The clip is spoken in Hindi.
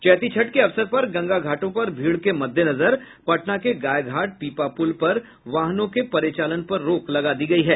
चैती छठ के अवसर पर गंगा घाटों पर भीड़ के मद्देनजर पटना के गायघाट पीपा पुल पर वाहनों के परिचालन पर रोक लगा दी गयी है